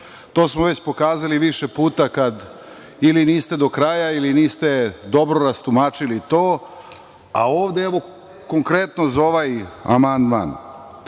smo već pokazali više puta kad ili niste do kraja ili niste dobro rastumačili to, a ovde, evo, konkretno za ovaj amandman